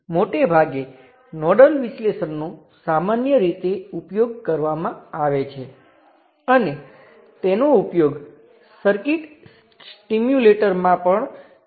હવે આ રેઝિસ્ટર કેટલો હોવો જોઈએ ફરીથી આપણે ઇચ્છીએ છીએ કે રેઝિસ્ટર પરનો વોલ્ટેજ VR એ V જેટલો જ હોય અને રેઝિસ્ટર માંથી કરંટ IR બરાબર I જેટલો જ હોય